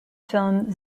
film